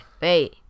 Hey